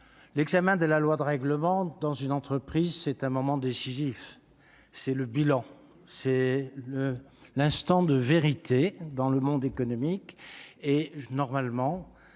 l'examen de la loi de règlement dans une entreprise, c'est un moment décisif, c'est le bilan, c'est l'instant de vérité dans le monde économique et normalement,